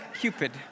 Cupid